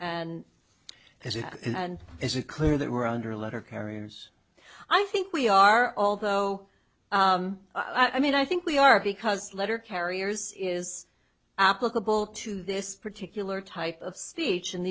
it and is it clear that we're under a letter carriers i think we are although i mean i think we are because letter carriers is applicable to this particular type of speech and